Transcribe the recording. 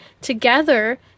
together